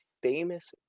Famous